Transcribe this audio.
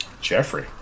Jeffrey